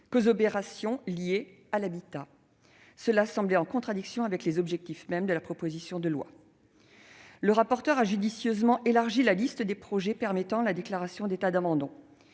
qu'aux opérations liées à l'habitat. Cela semblait en contradiction avec les objectifs mêmes de la proposition de loi. Le rapporteur a judicieusement élargi la liste des projets permettant la déclaration d'état d'abandon.